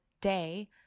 day